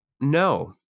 no